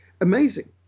amazing